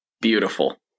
Beautiful